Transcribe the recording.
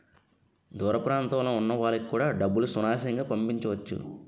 దూర ప్రాంతంలో ఉన్న వాళ్లకు కూడా డబ్బులు సునాయాసంగా పంపించవచ్చు